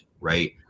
right